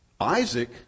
Isaac